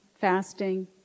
fasting